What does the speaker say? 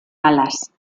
alas